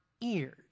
ears